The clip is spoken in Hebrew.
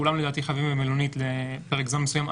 כולם לדעתי חייבים במלונית לפרק זמן מסוים,